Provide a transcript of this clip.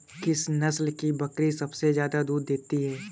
किस नस्ल की बकरी सबसे ज्यादा दूध देती है?